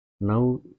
Now